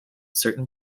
certain